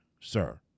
sir